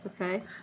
Okay